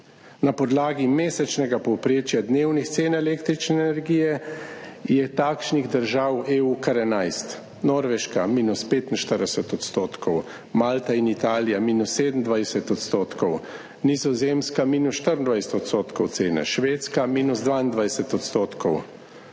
Na podlagi mesečnega povprečja dnevnih cen električne energije je takšnih držav EU kar 11: Norveška minus 45 %, Malta in Italija minus 27 %, Nizozemska minus 24 % cene, Švedska minus 22 %.